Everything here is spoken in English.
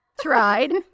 tried